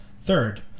Third